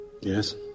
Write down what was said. Yes